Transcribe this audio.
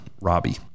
Robbie